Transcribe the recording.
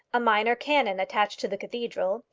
a minor canon attached to the cathedral,